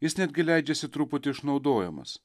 jis netgi leidžiasi truputį išnaudojamas